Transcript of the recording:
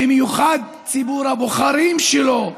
במיוחד ציבור הבוחרים שלו,